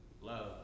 Love